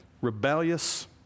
rebellious